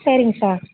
சரிங்க சார்